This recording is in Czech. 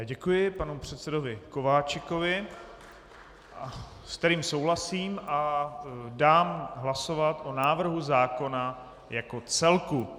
Děkuji panu předsedovi Kováčikovi, se kterým souhlasím, a dám hlasovat o návrhu zákona jako celku.